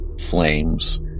flames